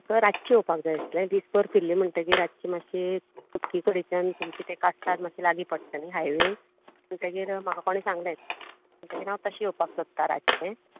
म्हाका रातचें येवपाक जाय आसलें दीसभर फिरलें म्हणटगीर रातचें मातशें सुतके कडेच्या तुमचें ते कास्ताद मातशें ते लागी पडटा न्ही हायवे म्हणटगीर म्हाका कोणें सांगलें म्हणटगीर हांव तशें येवपाक सोदतां रातचें